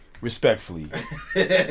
Respectfully